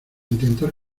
intentar